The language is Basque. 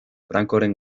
francoren